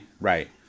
Right